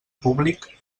públic